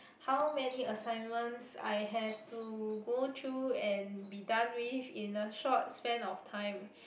how many assignments I have to go through and be done with in a short span of time